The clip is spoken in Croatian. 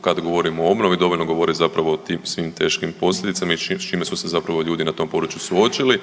kad govorimo o obnovi dovoljno govori zapravo o tim svim teškim posljedicama i s čime su se zapravo ljudi na tom području suočili.